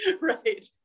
Right